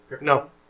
no